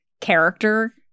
character